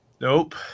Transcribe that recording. nope